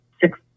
six